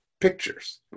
pictures